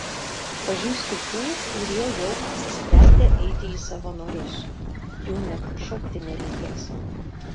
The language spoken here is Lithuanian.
pažįstu tų kurie jau apsisprendę eiti į savanorius jų net šaukti nereikės